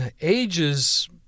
ages